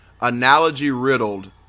analogy-riddled